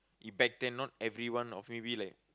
you back then not everyone or maybe like